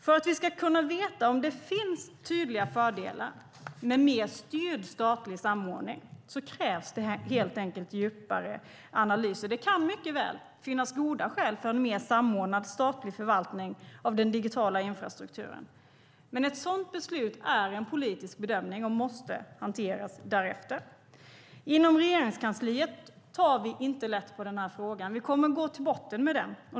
För att vi ska veta om det finns tydliga fördelar med mer styrd statlig samordning krävs det helt enkelt djupare analyser. Det kan mycket väl finnas goda skäl för en mer samordnad statlig förvaltning av den digitala infrastrukturen. Ett sådant beslut är en politisk bedömning och måste hanteras därefter. Inom Regeringskansliet tar vi inte lätt på frågan. Vi kommer att gå till botten med den.